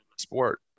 sport